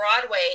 Broadway